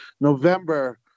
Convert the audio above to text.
November